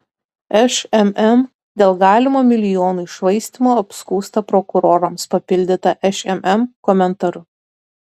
šmm dėl galimo milijonų iššvaistymo apskųsta prokurorams papildyta šmm komentaru